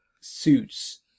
suits